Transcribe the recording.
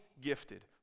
gifted